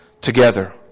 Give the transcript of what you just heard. together